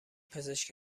پزشک